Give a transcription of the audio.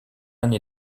nait